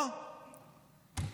אתה זוכר,